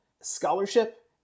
scholarship